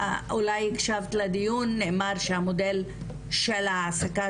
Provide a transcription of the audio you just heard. אם הקשבת לדיון נאמר שהמודל של ההעסקה